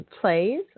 plays